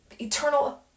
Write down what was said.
eternal